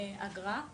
אגרה,